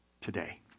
today